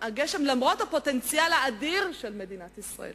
למרות הפוטנציאל האדיר של מדינת ישראל.